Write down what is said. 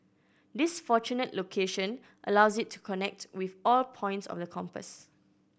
this fortunate location allows it to connect with all points of the compass